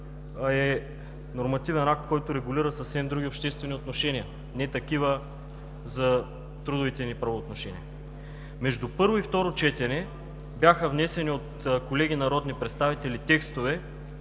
е нормативен акт, който регулира съвсем други обществени отношения – не такива за трудовите ни правоотношения. Между първо и второ четене бяха внесени текстове от колеги народни представители, с които